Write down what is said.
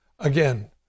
Again